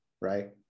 right